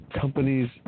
Companies